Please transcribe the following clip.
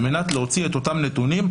על מנת להוציא את אותם נתונים,